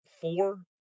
four